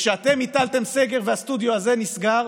כשאתם הטלתם סגר והסטודיו הזה נסגר,